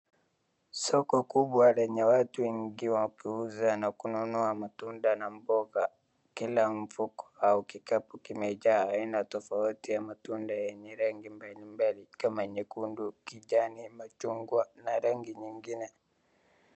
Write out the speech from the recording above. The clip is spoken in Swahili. Soko kubwa lenye watu wengi wakiuza na kunua matunda na mboga. Kila mfuko au kikapu kimejaa aina tofauti ya matunda yenye rangi mbalimbali kama nyekundu, kijani, machungwa na rangi nyingine.